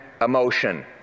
emotion